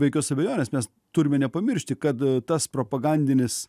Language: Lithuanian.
be jokios abejonės mes turime nepamiršti kad tas propagandinis